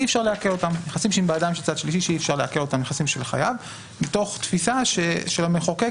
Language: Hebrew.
של החייב שאי-אפשר לעקל אותם מתוך תפיסה של המחוקק